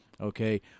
Okay